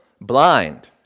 blind